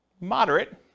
Moderate